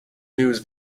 news